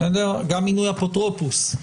גם מינוי אפוטרופוס.